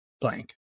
Blank